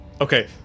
Okay